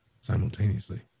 simultaneously